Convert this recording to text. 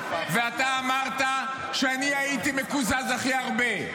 ואתה אמרת שאני הייתי מקוזז הכי הרבה.